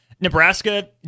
Nebraska